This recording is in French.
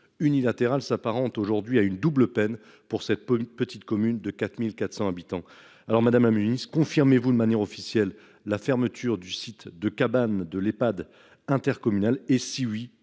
unilatérale s'apparente aujourd'hui à une double peine pour cette pour une petite commune de 4400 habitants alors Madame à Münich. Confirmez-vous de manière officielle, la fermeture du site de cabane de l'Epad intercommunal et si oui,